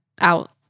out